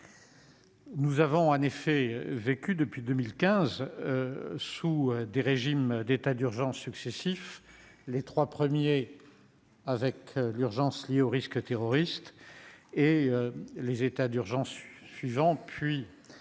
Nous avons en effet vécu depuis 2015 sous des régimes d'état d'urgence successifs, les trois premiers du fait de l'urgence liée au risque terroriste, les suivants, puis